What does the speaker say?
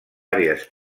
àrees